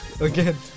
Again